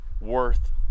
worth